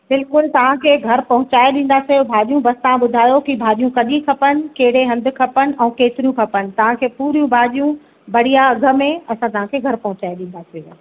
बिल्कुलु तव्हांखे घरु पहुचाए ॾींदासीं भाजियूं बसि तव्हां ॿुधायो की भाजियूं कॾहिं खपनि कहिड़े हंधु खपनि ऐं केतिरियूं खपनि तव्हांखे पुरियूं भाजियूं बढ़िया अघ में असां तव्हांखे घरु पहुचाए ॾींदासीं